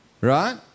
Right